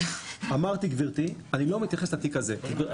אמרתי גברתי, אני לא מתייחס לתיק הזה.